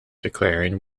declaring